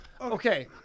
okay